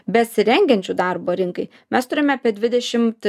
besirengiančių darbo rinkai mes turime apie dvidešimt